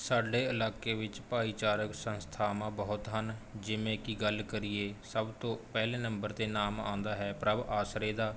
ਸਾਡੇ ਇਲਾਕੇ ਵਿੱਚ ਭਾਈਚਾਰਕ ਸੰਸਥਾਵਾਂ ਬਹੁਤ ਹਨ ਜਿਵੇਂ ਕਿ ਗੱਲ ਕਰੀਏ ਸਭ ਤੋਂ ਪਹਿਲੇ ਨੰਬਰ 'ਤੇ ਨਾਮ ਆਉਂਦਾ ਹੈ ਪ੍ਰਭ ਆਸਰੇ ਦਾ